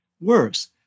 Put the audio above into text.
Worse